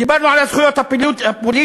דיברנו על הזכויות הפוליטיות,